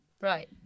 Right